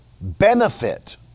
benefit